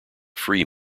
free